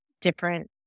different